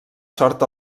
sort